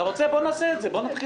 אתה רוצה, בוא נעשה את זה, בוא נתחיל.